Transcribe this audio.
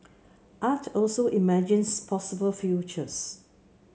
art also imagines possible futures